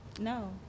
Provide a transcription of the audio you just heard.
No